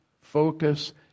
focus